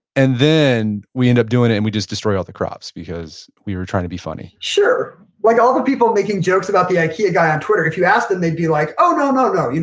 and then we end up doing it and we just destroy all the crops because we were trying to be funny sure. like all the people making jokes about the ikea guy on twitter, if you asked them they'd be like, oh no, no, no.